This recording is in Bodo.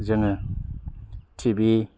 जोङो टि भि